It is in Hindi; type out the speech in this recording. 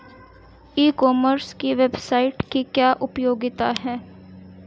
ई कॉमर्स की वेबसाइट की क्या उपयोगिता है?